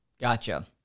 Gotcha